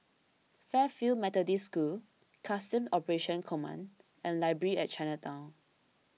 Fairfield Methodist School Customs Operations Command and Library at Chinatown